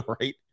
right